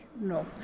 No